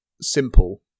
simple